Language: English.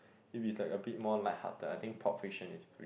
if it's like a bit more light hearted I think Pulp Fiction is